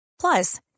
Plus